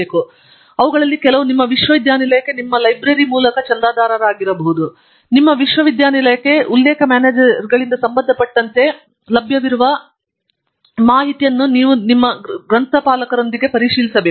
ಮತ್ತು ಅವುಗಳಲ್ಲಿ ಕೆಲವು ನಿಮ್ಮ ವಿಶ್ವವಿದ್ಯಾಲಯಕ್ಕೆ ನಿಮ್ಮ ಲೈಬ್ರರಿಯಿಂದ ಚಂದಾದಾರರಾಗಿರಬಹುದು ನಿಮ್ಮ ವಿಶ್ವವಿದ್ಯಾನಿಲಯಕ್ಕೆ ಉಲ್ಲೇಖ ಮ್ಯಾನೇಜರ್ಗಳಿಗೆ ಸಂಬಂಧಪಟ್ಟಂತೆ ಲಭ್ಯವಿರುವ ನಿಮ್ಮ ಲೈಬ್ರರಿಯೊಂದಿಗೆ ನೀವು ಪರಿಶೀಲಿಸಬೇಕು